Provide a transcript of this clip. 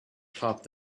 topped